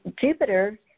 Jupiter